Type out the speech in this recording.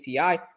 ATI